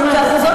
היום הזה.